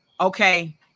okay